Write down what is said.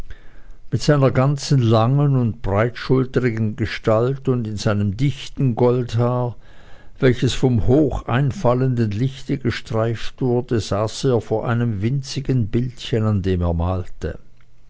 mit seiner ganzen langen und breitschultrigen gestalt und in seinem dichten goldhaar welches vom hoch einfallenden lichte gestreift wurde saß er vor einem winzigen bildchen an dem er malte